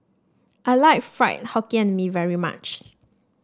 I like Fried Hokkien Mee very much